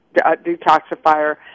detoxifier